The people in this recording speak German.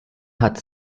hat